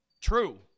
True